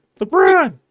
LeBron